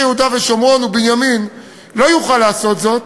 יהודה ושומרון ובנימין לא יוכל לעשות זאת,